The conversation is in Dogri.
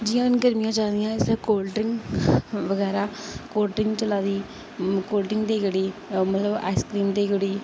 जियां हून गर्मिया चला दियां इसलै कोल्ड ड्रिंक बगैरा कोल्ड ड्रिंक चलै दी कोल्ड ड्रिंक देई ओड़ी मतलब आइसक्रीम देई ओड़ी